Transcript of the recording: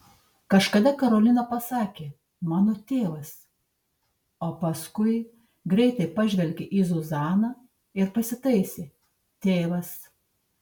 kažkada karolina pasakė mano tėvas o paskui greitai pažvelgė į zuzaną ir pasitaisė tėvas